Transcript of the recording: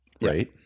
Right